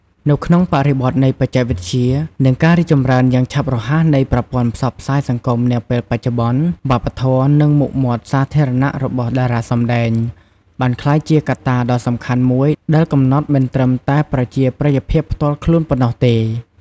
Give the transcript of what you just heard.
នៅក្នុងបរិបទនៃបច្ចេកវិទ្យា និងការរីកចម្រើនយ៉ាងឆាប់រហ័សនៃប្រព័ន្ធផ្សព្វផ្សាយសង្គមនាពេលបច្ចុប្បន្ន វប្បធម៌ និងមុខមាត់សាធារណៈរបស់តារាសម្ដែងបានក្លាយជាកត្តាដ៏សំខាន់មួយដែលកំណត់មិនត្រឹមតែប្រជាប្រិយភាពផ្ទាល់ខ្លួនប៉ុណ្ណោះទេ។